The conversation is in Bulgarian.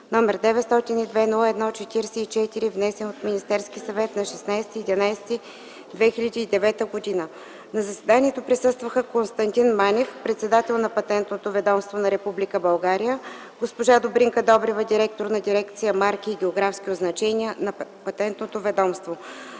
№ 902-01-44, внесен от Министерски съвет на 16 ноември 2009 г. На заседанието присъстваха Костадин Манев – председател на Патентно ведомство на Република България, госпожа Добринка Добрева – директор на дирекция „Марки и географски означения” на Патентно ведомство.